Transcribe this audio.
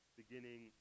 beginning